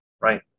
right